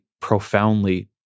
profoundly